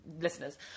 Listeners